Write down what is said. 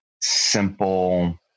simple